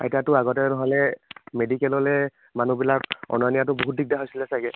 এতিয়াতো আগতে নহ'লে মেডিকেললৈ মানুহবিলাক অনা নিয়াটো বহুত দিগদাৰ হৈছিল ছাগৈ